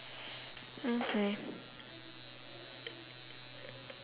mm K